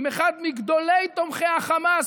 עם אחד מגדולי תומכי החמאס,